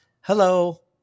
Hello